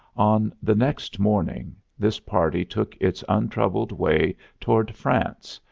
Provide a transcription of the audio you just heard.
on the next morning this party took its untroubled way toward france,